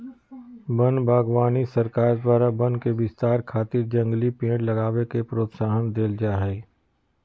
वन बागवानी सरकार द्वारा वन के विस्तार खातिर जंगली पेड़ लगावे के प्रोत्साहन देल जा हई